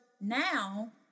now